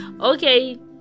Okay